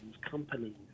companies